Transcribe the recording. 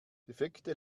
defekte